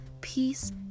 peace